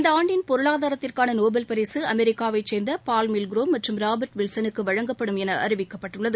இந்த ஆண்டின் பொருளாதாரத்திற்கான நோபல் பரிசு அமெரிக்காவைச் சேர்ந்த பால் மில்குரோம் மற்றும் ராபர்ட் வில்சனுக்கு வழங்கப்படும் என அறிவிக்கப்பட்டுள்ளது